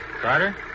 Carter